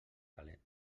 calent